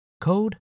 code